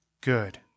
good